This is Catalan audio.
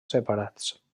separats